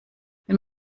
wenn